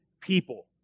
people